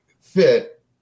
fit